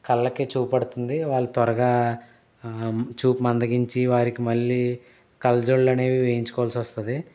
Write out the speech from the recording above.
కళ్ళకి చూపడుతుంది వాళ్ళు త్వరగా చూపు మందగించి వారికి మళ్ళీ కళ్ళజోళ్ళనేవి వేయించుకోవాల్సి వస్తుంది